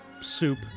soup